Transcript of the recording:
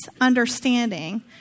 understanding